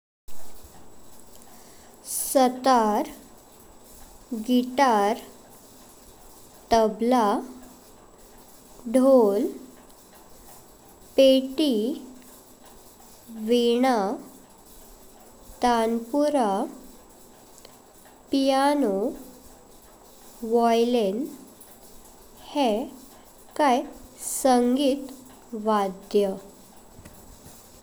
Satara, guitar, tabla, dhol, पेटी, veena, tanpura, piano, violin हे कइ संगीत वाद्य।